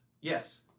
Yes